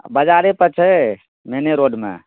बजारेपर छै मेने रोडमे